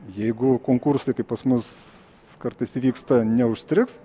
jeigu konkursai kaip pas mus kartais įvyksta neužstrigs